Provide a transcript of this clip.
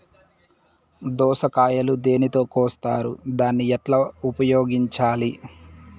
దోస కాయలు దేనితో కోస్తారు దాన్ని ఎట్లా ఉపయోగించాలి?